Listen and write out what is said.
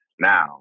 now